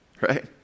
right